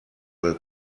will